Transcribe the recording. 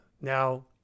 Now